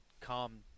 calm